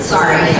Sorry